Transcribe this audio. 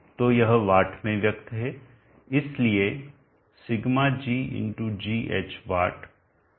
तो यह वाट में व्यक्त है इसलिए σggh वाट हम कर सकते हैं